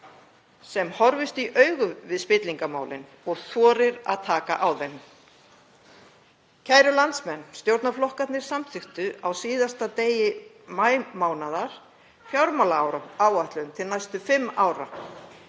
sem horfist í augu við spillingarmálin og þorir að taka á þeim. Kæru landsmenn. Stjórnarflokkarnir samþykktu á síðasta degi maímánaðar fjármálaáætlun til næstu fimm ára.